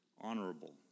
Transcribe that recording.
honorable